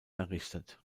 errichtet